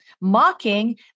Mocking